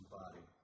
body